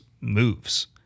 moves